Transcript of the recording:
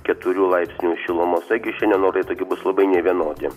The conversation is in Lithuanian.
keturių laipsnių šilumos taigi šiandien orai tokie bus labai nevienodi